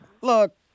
Look